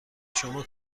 شما